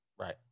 right